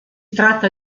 tratta